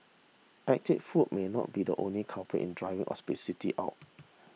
ethnic food may not be the only culprit in driving obesity up